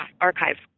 archives